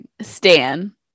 stan